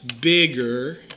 bigger